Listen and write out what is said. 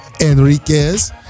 Enriquez